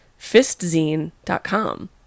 fistzine.com